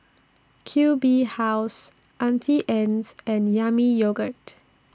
Q B House Auntie Anne's and Yami Yogurt